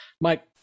Mike